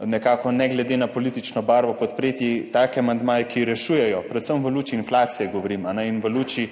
nekako ne glede na politično barvo podpreti take amandmaje, ki rešujejo, predvsem v luči inflacije govorim, in v luči